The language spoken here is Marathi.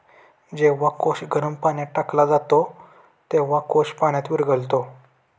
जेव्हा कोश गरम पाण्यात टाकला जातो, तेव्हा कोश पाण्यात विरघळतो